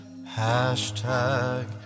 Hashtag